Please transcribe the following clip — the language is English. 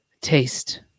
Taste